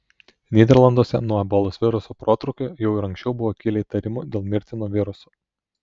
nyderlanduose nuo ebolos viruso protrūkio jau ir anksčiau buvo kilę įtarimų dėl mirtino viruso